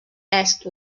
est